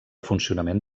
funcionament